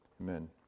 Amen